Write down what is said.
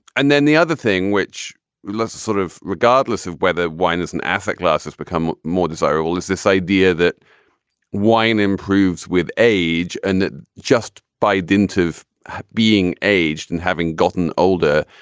and then the other thing, which is sort of regardless of whether wine is an afrique laughs it's become more desirable is this idea that wine improves with age and just by dint of being aged and having gotten older.